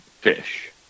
fish